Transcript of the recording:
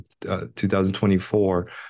2024